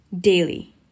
Daily